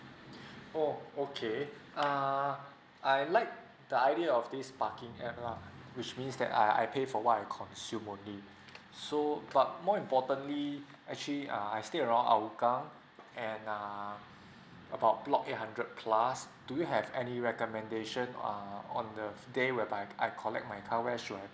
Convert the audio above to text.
oh okay err I like the idea of this parking app lah which means that I I pay for what I consumed only so but more importantly actually err I stay around hougang and um about block eight hundred plus do you have any recommendation err on the day whereby I collect my car where should I